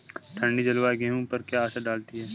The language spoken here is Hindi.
ठंडी जलवायु गेहूँ पर क्या असर डालती है?